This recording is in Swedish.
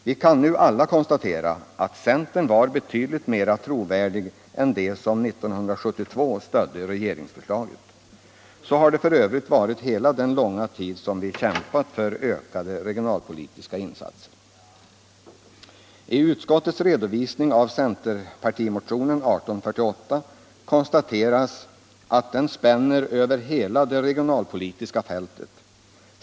Vi kan nu alla konstatera att centern var betydligt mera trovärdig än de som 1972 stödde regeringsförstlaget. Så har det f.ö. varit hela den långa tid som vi kämpat för ökade regionalpolitiska insatser. I utskottets redovisning av centerpartimotionen 1848 konstateras att den spänner över hela det regionalpolitiska fältet.